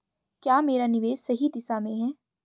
क्या मेरा निवेश सही दिशा में है?